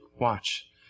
Watch